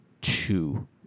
two